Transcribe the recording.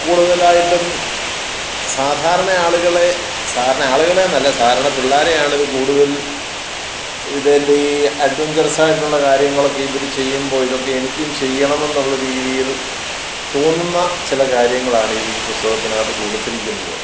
കൂടുതലായിട്ടും സാധാരണ ആളുകളെ സാധാരണ ആളുകളെ എന്നല്ല സാധാരണ പിള്ളേരെ ആണിത് കൂടുതൽ ഇതിൻ്റെ ഈ അഡ്വഞ്ചറസ്സായിട്ടുള്ള കാര്യങ്ങളൊക്കെ ഇവർ ചെയ്യുമ്പോൾ ഇതൊക്കെ എനിക്കും ചെയ്യണമെന്നുള്ള രീതിയിൽ തോന്നുന്ന ചില കാര്യങ്ങളാണ് ഈ പുസ്തകത്തിനകത്തു കൊടുത്തിരിക്കുന്നത്